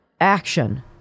action